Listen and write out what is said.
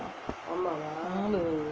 mm